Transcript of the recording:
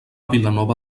vilanova